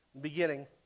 beginning